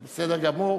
כן.